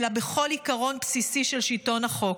אלא בכל עיקרון בסיסי של שלטון החוק.